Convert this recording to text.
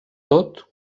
tot